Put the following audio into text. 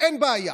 אין בעיה.